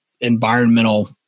environmental